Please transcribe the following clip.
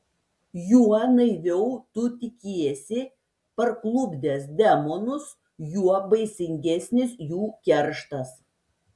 juo naiviau tu tikiesi parklupdęs demonus juo baisingesnis jų kerštas